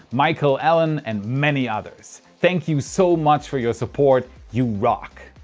michael allen and many others. thank you so much for your support! you rock!